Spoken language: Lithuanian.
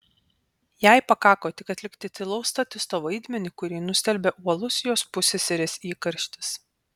jai pakako tik atlikti tylaus statisto vaidmenį kurį nustelbė uolus jos pusseserės įkarštis